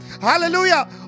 Hallelujah